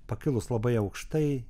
pakilus labai aukštai